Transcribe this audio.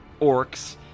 orcs